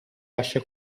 lascia